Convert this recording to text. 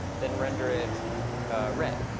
then render it red,